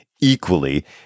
equally